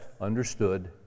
understood